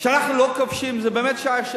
שאנחנו לא כובשים, זה באמת שייך לנו,